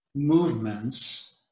movements